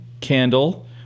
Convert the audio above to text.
candle